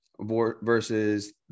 versus